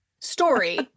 story